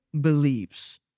believes